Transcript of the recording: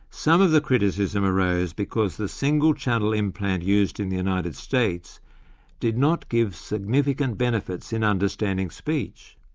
some of the criticism arose because the single-channel implant used in the united states did not give significant benefits in understanding speech.